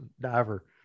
diver